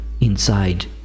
inside